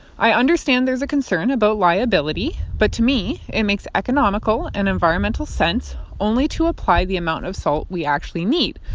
i understand there's a concern about liability, but to me, it makes economical and environmental sense only to apply the amount of salt we actually need.